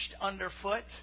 underfoot